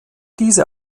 diese